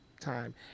time